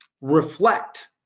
reflect